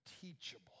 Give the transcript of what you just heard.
teachable